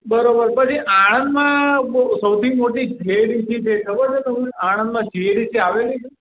બરાબર પછી આણંદમાં સૌથી મોટી જીઆઈડીસી છે એ ખબર છે તમને આણંદમાં જીઆઇડીસી આવેલી છે